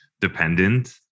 dependent